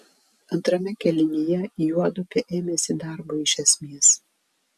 antrame kėlinyje juodupė ėmėsi darbo iš esmės